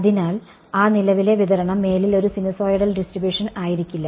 അതിനാൽ ആ നിലവിലെ വിതരണം മേലിൽ ഒരു സിനസോഡിയൽ ഡിസ്ട്രിബ്യൂഷൻ ആയിരിക്കില്ല